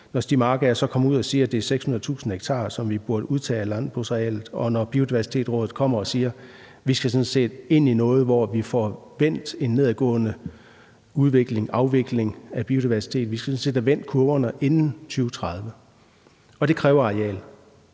når Stiig Markager kommer ud og siger, at det er 600.000 ha, som vi burde udtage af landbrugsarealet, og når Biodiversitetsrådet kommer og siger, at vi sådan set skal have vendt en nedadgående udvikling eller afvikling af biodiversiteten. Vi skal sådan set have vendt kurverne inden 2030, og det kræver arealer.